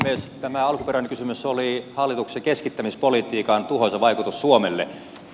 tämä alkuperäinen kysymys oli hallituksen keskittämispolitiikan tuhoisa vaikutus suomelle